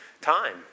time